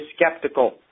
skeptical